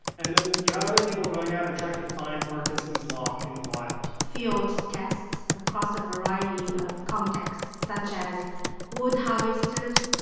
and then you had other people going out and trying to find parkinson's law in the wild field tests across a variety of contexts, such as wood harvesters,